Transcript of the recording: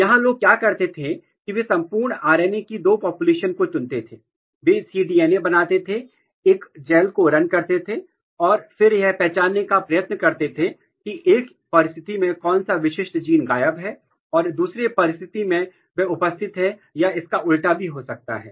यहां लोग क्या करते थे कि वे संपूर्ण RNA की दो पापुलेशन को चुनते थे वे cDNA बनाते थे एक जेल को रन करते थे और फिर यह पहचानने का प्रयत्न करते थे कि एक परिस्थिति में कौन सा विशिष्ट जीन गायब है और दूसरे परिस्थिति में वह उपस्थित है या इसका उल्टा भी हो सकता है